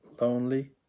lonely